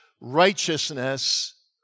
righteousness